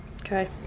Okay